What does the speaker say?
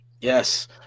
Yes